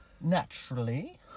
naturally